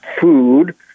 food